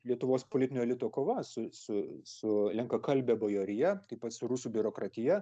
lietuvos politinio elito kova su su su lenkakalbe bajorija taip pat su rusų biurokratija